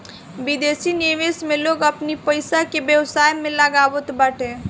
विदेशी निवेश में लोग अपनी पईसा के व्यवसाय में लगावत बाटे